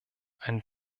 ein